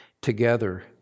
together